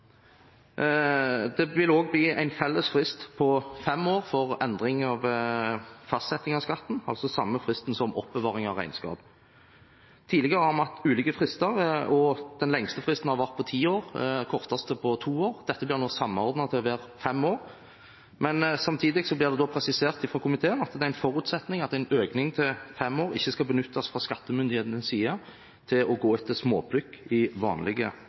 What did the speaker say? Det vil også bli en felles frist på fem år for endring av fastsetting av skatten, altså samme fristen som oppbevaring av regnskap. Tidligere har vi hatt ulike frister, og den lengste fristen har vært på ti år, den korteste på to år. Dette blir nå samordnet til å være fem år. Men samtidig blir det da presisert fra komiteen at det er en forutsetning at en økning til fem år ikke skal benyttes fra skattemyndighetenes side til å gå etter småplukk i vanlige